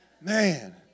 Man